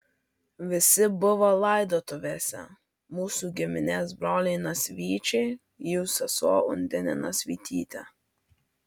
visi buvo laidotuvėse mūsų giminės broliai nasvyčiai jų sesuo undinė nasvytytė